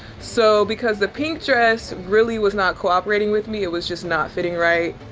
so because the pink dress really was not cooperating with me, it was just not fitting right.